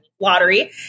Lottery